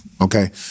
okay